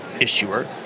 issuer